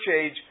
age